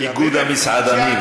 איגוד המסעדנים.